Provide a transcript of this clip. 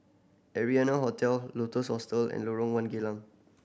Arianna Hotel Lotus Hostel and Lorong One Geylang